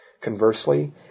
Conversely